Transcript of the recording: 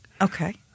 Okay